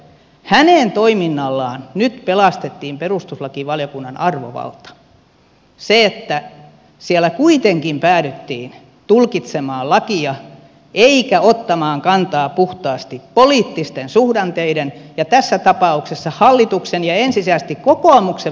hänen toiminnallaan nyt pelastettiin perustuslakivaliokunnan arvovalta se että siellä kuitenkin päädyttiin tulkitsemaan lakia eikä ottamaan kantaa puhtaasti poliittisten suhdanteiden ja tässä tapauksessa hallituksen ja ensisijaisesti kokoomuksen valtapolitiikan mukaan